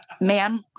man